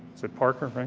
is it, parker, right?